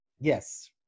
yes